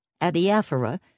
adiaphora